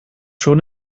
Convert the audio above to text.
schon